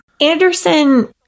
anderson